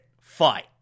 fight